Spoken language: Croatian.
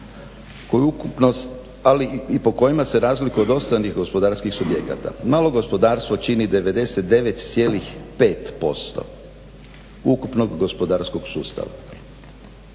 Koja ukupnost ali i po kojima se razlikuje od ostalih gospodarskih subjekata. Malo gospodarstvo čini 99.5% ukupnog gospodarskog sustava